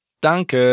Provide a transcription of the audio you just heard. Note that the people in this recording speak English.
Danke